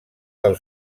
del